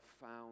found